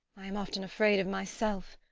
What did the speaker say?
i am often afraid of myself.